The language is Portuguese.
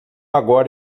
agora